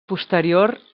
posterior